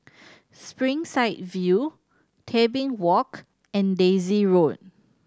Springside View Tebing Walk and Daisy Road